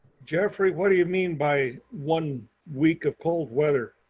jeffrey, what do you mean by one week of cold weather?